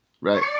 Right